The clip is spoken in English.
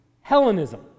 Hellenism